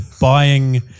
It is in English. buying